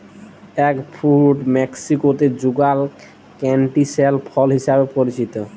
egg fruit মেক্সিকোতে যুগাল ক্যান্টিসেল ফল হিসেবে পরিচিত